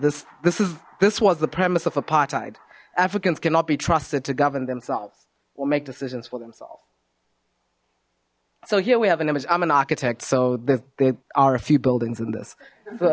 this this is this was the premise of apartheid africans cannot be trusted to govern themselves or make decisions for themselves so here we have an image i'm an architect so there are a few buildings in this